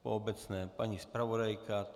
Po obecné paní zpravodajka?